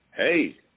Hey